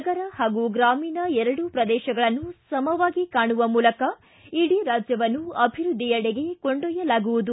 ನಗರ ಹಾಗೂ ಗ್ರಾಮೀಣ ಎರಡೂ ಪ್ರದೇಶಗಳನ್ನು ಸಮವಾಗಿ ಕಾಣುವ ಮೂಲಕ ಇಡೀ ರಾಜ್ಯವನ್ನು ಅಭಿವೃದ್ದಿಯೆಡೆಗೆ ಕೊಂಡ್ಕೊಯ್ಯುವೆ